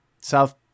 South